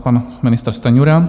Pan ministr Stanjura.